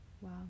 Wow